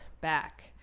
back